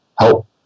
help